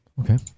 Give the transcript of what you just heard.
Okay